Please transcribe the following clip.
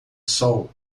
sol